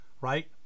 right